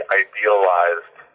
idealized